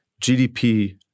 GDP